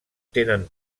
tenen